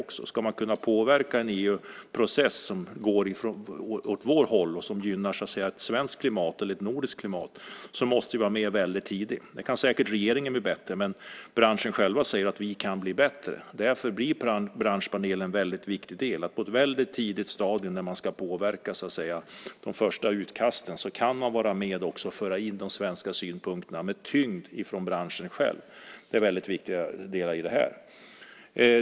Om man ska kunna påverka en EU-process som gynnar ett svenskt eller nordiskt klimat måste man vara med tidigt. Här kan säkert regeringen bli bättre, men branschen säger också att de själva kan bli bättre. Därför blir Branschpanelen en väldigt viktig del. I ett tidigt stadium, när man ska påverka de första utkasten, kan man vara med och föra in de svenska synpunkterna med tyngd från branschen själv. Det är viktiga delar i detta.